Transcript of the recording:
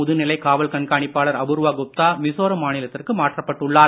முதுநிலை காவல் கண்காணிப்பாளர் அபூர்வா குப்தா மிசோரம் மாநிலத்திற்கு மாற்றப்பட்டுள்ளார்